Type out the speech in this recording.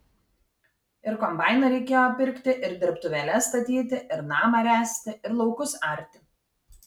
ir kombainą reikėjo pirkti ir dirbtuvėles statyti ir namą ręsti ir laukus arti